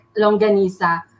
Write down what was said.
longanisa